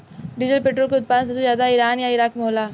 diesel petrol के उत्पादन सबसे ज्यादा ईरान आ इराक होला